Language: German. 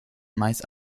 meist